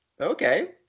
okay